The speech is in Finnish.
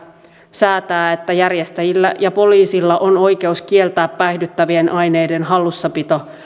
säätää että järjestäjillä ja poliisilla on oikeus kieltää päihdyttävien aineiden hallussapito